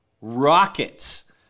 rockets